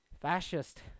fascist